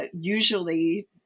usually